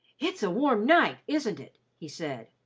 it's a warm night, isn't it? he said.